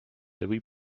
louis